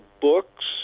books